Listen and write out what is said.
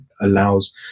allows